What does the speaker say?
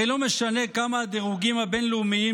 הרי לא משנה כמה הדירוגים הבין-לאומיים